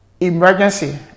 emergency